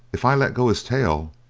if i let go his tail,